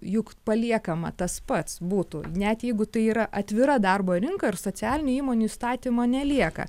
juk paliekama tas pats būtų net jeigu tai yra atvira darbo rinka ir socialinių įmonių įstatymo nelieka